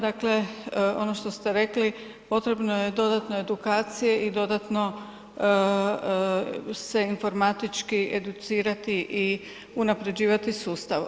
Dakle ono što ste rekli potrebno je dodatna edukacija i dodatno se informatički educirati i unapređivati sustav.